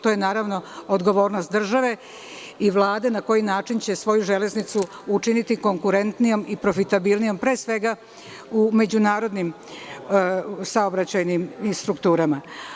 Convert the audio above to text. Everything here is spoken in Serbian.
To je, naravno, odgovornost države i Vlade na koji način će svoju železnicu učiniti konkurentnijom i profitabilnijom, pre svega, u međunarodnim saobraćajnim strukturama.